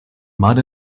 mud